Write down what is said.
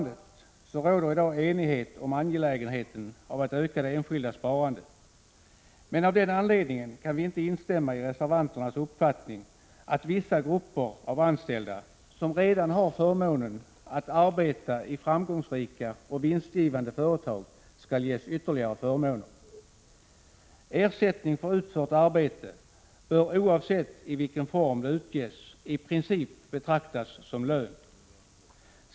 Det råder i dag enighet om angelägenheten av att öka det enskilda sparandet. Men av den anledningen kan vi inte instämma i reservanternas uppfattning, att vissa grupper av anställda, som redan har förmånen att arbeta i framgångsrika och vinstgivande företag, skall ges ytterligare förmåner. Ersättning för utfört arbete bör, oavsett i vilken form den utges, i princip betraktas som lön.